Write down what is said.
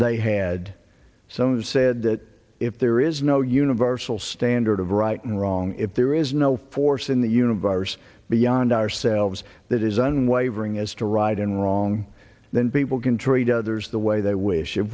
they had some of said that if there is no universal standard of right and wrong if there is no force in the universe beyond ourselves that is unwavering as to right and wrong then people can treat others the way they wish it